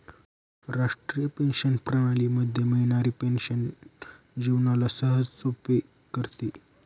राष्ट्रीय पेंशन प्रणाली मध्ये मिळणारी पेन्शन जीवनाला सहजसोपे करते